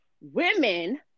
women